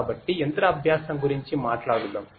కాబట్టి యంత్ర అభ్యాసం గురించి మాట్లాడుదాం